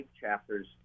Chapter's